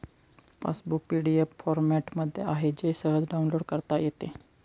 passbook PDF फॉरमॅटमध्ये आहे जे सहज डाउनलोड करता येते